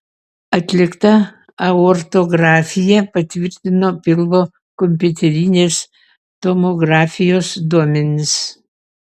atlikta aortografija patvirtino pilvo kompiuterinės tomografijos duomenis